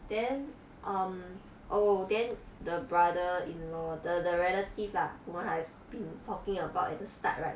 then um oh then the brother in law the the relative lah what I've been talking about at the start right